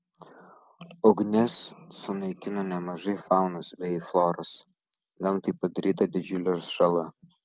ugnis sunaikino nemažai faunos bei floros gamtai padaryta didžiulė žala